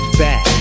back